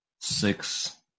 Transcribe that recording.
six